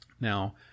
now